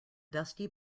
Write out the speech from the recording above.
dusty